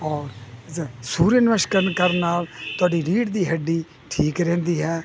ਔਰ ਸੂਰਿਆ ਨਮਸਕਾਰ ਕਰਨ ਨਾਲ ਤੁਹਾਡੀ ਰੀੜ੍ਹ ਦੀ ਹੱਡੀ ਠੀਕ ਰਹਿੰਦੀ ਹੈ